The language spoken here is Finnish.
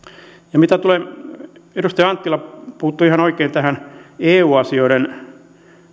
edustaja anttila puuttui ihan oikein tähän eu asioiden